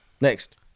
Next